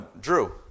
Drew